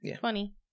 funny